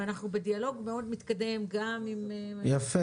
ואנחנו בדיאלוג מאוד מתקדם גם עם ירדן,